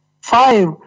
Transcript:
five